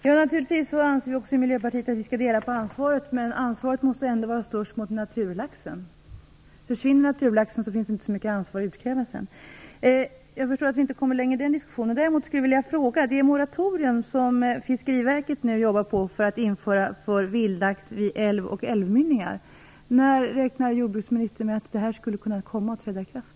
Fru talman! Vi i Miljöpartiet anser naturligtvis också att vi skall dela på ansvaret, men ansvaret måste ändå vara störst mot naturlaxen. Försvinner den finns inte så mycket ansvar att utkräva. Jag förstår att vi inte kommer längre i den diskussionen. Jag skulle däremot vilja ställa en fråga. När räknar jordbruksministern med att det moratorium som Fiskeriverket nu jobbar på att införa för vildlax i älvar och vid älvmynningar kan komma att träda i kraft?